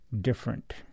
different